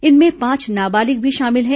इनमें पांच नाबालिग भी शामिल हैं